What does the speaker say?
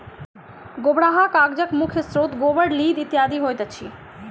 गोबराहा कागजक मुख्य स्रोत गोबर, लीद इत्यादि होइत अछि